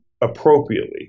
appropriately